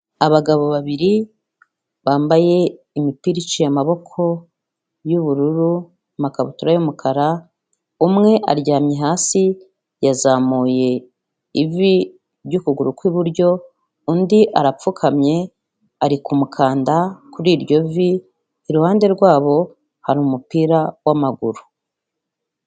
Abagabo babiri bambaye imipira iciye amaboko y'ubururu, amakabutura y'umukara umwe aryamye hasi yazamuye ivi ry'ukuguru kw'iburyo, undi arapfukamye ari kumukanda kuri iryo vi, iruhande rwabo hari umupira w'amaguru.